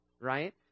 right